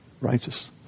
righteous